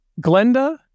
Glenda